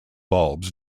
bulbs